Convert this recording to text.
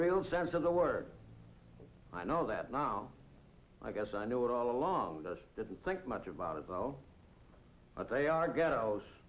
real sense of the word i know that now i guess i knew it all along just didn't think much about it though but they are gett